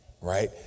right